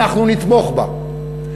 אנחנו נתמוך בה,